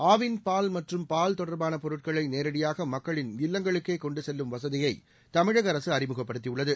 ஆவின் பால் மற்றும் பால் தொடர்பான பொருட்களை நேரடியாக மக்களின் இல்லங்களுக்கே கொண்டு செல்லும் வசதியை தமிழக அரசு அறிமுகப்படுத்தியுள்ளது